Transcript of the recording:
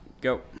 go